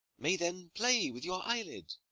may then play with your eye-lid.